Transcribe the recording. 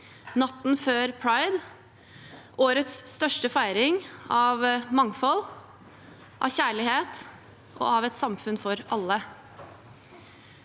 natten før pride, årets største feiring av mangfold, kjærlighet og et samfunn for alle.